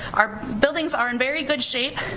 our buildings are in very good shape.